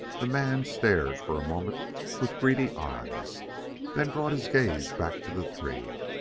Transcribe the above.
the man stared for a moment with greedy eyes then brought his gaze back to the three.